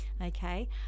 okay